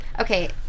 Okay